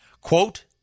Quote